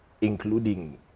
including